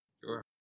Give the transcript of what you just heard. Sure